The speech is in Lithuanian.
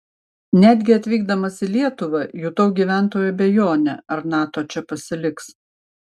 netgi atvykdamas į lietuvą jutau gyventojų abejonę ar nato čia pasiliks